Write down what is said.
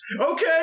Okay